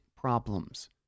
problems